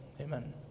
amen